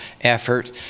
effort